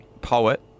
poet